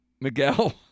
miguel